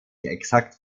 exakt